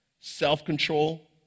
self-control